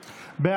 2021, לא נתקבלה.